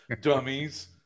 dummies